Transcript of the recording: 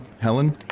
Helen